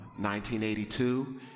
1982